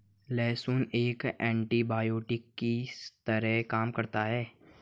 लहसुन एक एन्टीबायोटिक की तरह काम करता है